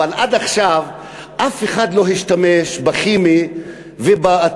אבל עד עכשיו אף אחד לא השתמש בכימי ובאטומי,